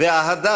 וההדר